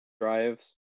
drives